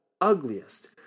ugliest